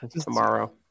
tomorrow